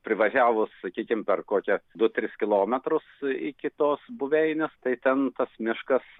privažiavus sakykim per kokią du tris kilometrus iki tos buveinės tai ten tas miškas